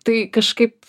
tai kažkaip